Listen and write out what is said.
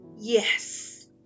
yes